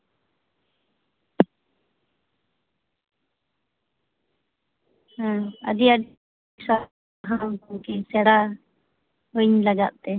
ᱦᱩᱸ ᱟᱹᱰᱤ ᱟᱹᱰᱤ ᱥᱟᱨᱦᱟᱣ ᱜᱚᱝᱠᱮ ᱥᱮᱬᱟᱣᱟᱹᱧ ᱞᱟᱜᱟᱫ ᱛᱮ